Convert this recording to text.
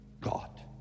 God